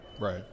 Right